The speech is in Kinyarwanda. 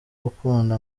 gukunda